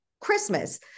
Christmas